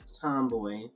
tomboy